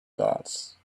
dots